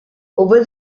over